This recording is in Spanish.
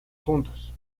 juntos